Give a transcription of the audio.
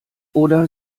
oder